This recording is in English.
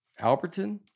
Alberton